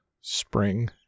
spring